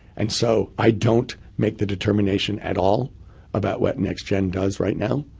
and so i don't make the determination at all about what next gen does right now,